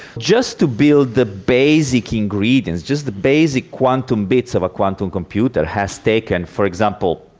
just to build the basic ingredients, just the basic quantum bits of a quantum computer has taken, for example,